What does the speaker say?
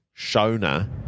Shona